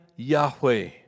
Yahweh